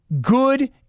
good